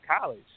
college